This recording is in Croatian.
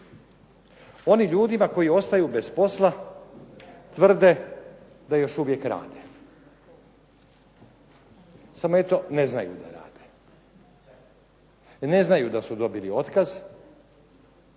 Onim ljudima koji ostaju bez posla tvrde da još uvijek rade. Samo eto ne znaju da rade i ne znaju da su dobili otkaz,